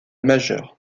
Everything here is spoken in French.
majeur